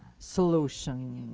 solution.